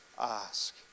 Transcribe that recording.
ask